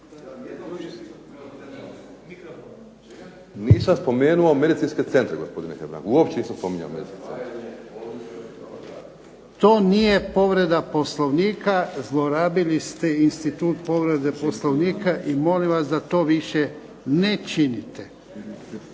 nisam spomenuo medicinske centre gospodine Hebrang, uopće nisam spominjao. **Jarnjak, Ivan (HDZ)** To nije povreda Poslovnika, zlorabili ste institut povrede Poslovnika i molim vas da to više ne činite.